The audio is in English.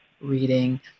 reading